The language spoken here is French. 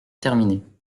terminer